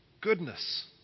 goodness